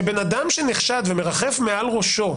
ובן אדם שנחשד ומרחפת מעל ראשו